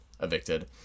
evicted